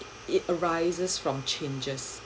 it arises from changes